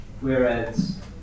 Whereas